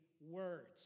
words